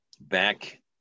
back